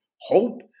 hope